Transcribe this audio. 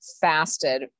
fasted